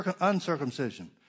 uncircumcision